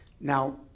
Now